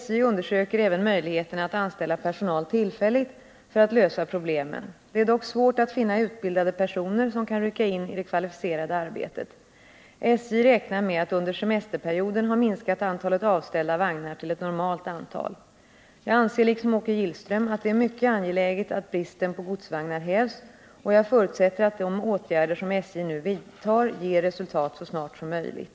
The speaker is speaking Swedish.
SJ undersöker även möjligheterna att anställa personal tillfälligt för att lösa problemen. Det är dock svårt att finna utbildade personer som kan rycka in i det kvalificerade arbetet. SJ räknar med att under semesterperioden ha minskat antalet avställda vagnar till ett normalt antal. Jag anser liksom Åke Gillström att det är mycket angeläget att bristen på godsvagnar hävs, och jag förutsätter att de åtgärder som SJ nu vidtar ger resultat så snart som möjligt.